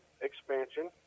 expansion